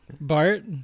Bart